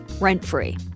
rent-free